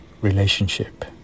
relationship